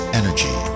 energy